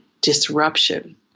disruption